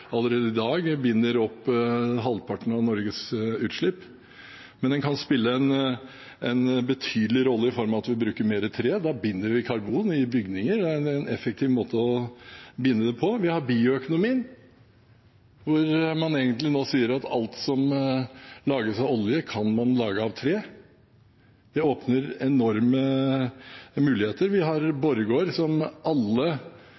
allerede i dag binder opp halvparten av Norges utslipp, men den kan spille en betydelig rolle i form av at vi bruker mer tre. Da binder vi karbon i bygninger, det er en effektiv måte å binde det på. Vi har bioøkonomien, hvor man nå sier at alt som lages av olje, kan man lage av tre. Det åpner enorme muligheter. Vi har Borregaard som alle